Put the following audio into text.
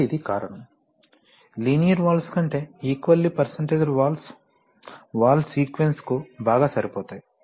కాబట్టి ఇది ఒక కారణం లినియర్ వాల్వ్స్ కంటే ఈక్వల్లి పర్సెంటాజ్ వాల్వ్స్ వాల్వ్ సీక్వెన్సింగ్కు బాగా సరిపోతాయి